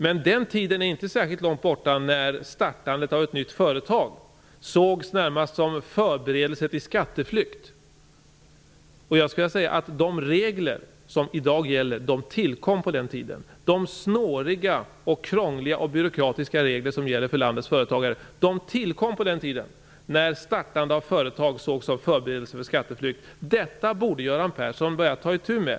Men den tiden är inte särskilt långt borta när startandet av ett nytt företag närmast sågs som förberedelse till skatteflykt. De regler som i dag gäller tillkom på den tiden, de snåriga, krångliga och byråkratiska regler som gäller för landets företagare. Detta borde Göran Persson börja att ta itu med.